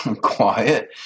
quiet